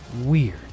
weird